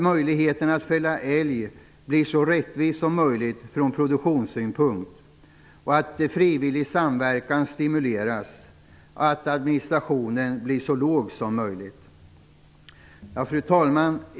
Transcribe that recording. Möjligheten att fälla älg bör bli så rättvis som möjligt från produktionssynpunkt. Frivillig samverkan bör stimuleras och administrationen bli så liten som möjligt.